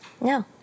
No